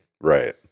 Right